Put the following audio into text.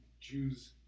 Jews